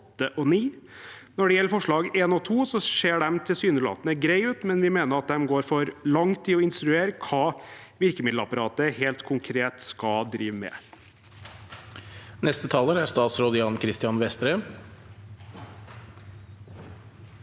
Når det gjelder forslagene nr. 1 og 2, ser de tilsynelatende greie ut, men vi mener at de går for langt i å instruere hva virkemiddelapparatet helt konkret skal drive med. Statsråd Jan Christian Vestre